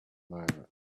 moment